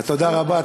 אז תודה רבה.